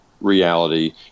reality